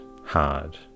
hard